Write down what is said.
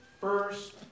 first